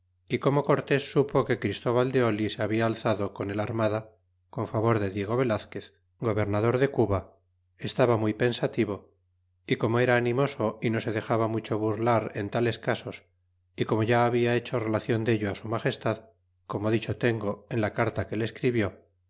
é como cortés supo que christóval de oli se habia alzado con el armada con favor de diego velazquez gobernador de cuba estaba muy pensativo y como era animoso y no se dexaba mucho burlar en tales casos y como ya habia hecho relacion dello su magestad como dicho tengo en la carta que le escribió